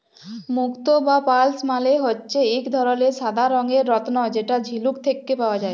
মুক্ত বা পার্লস মালে হচ্যে এক ধরলের সাদা রঙের রত্ন যেটা ঝিলুক থেক্যে পাওয়া যায়